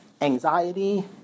anxiety